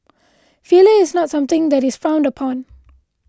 failure is not something that is frowned upon